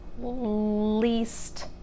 least